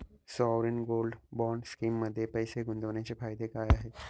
Sovereign gold bond स्कीममध्ये पैसे गुंतवण्याचे फायदे काय आहेत?